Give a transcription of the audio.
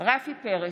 רפי פרץ,